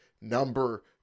number